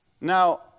Now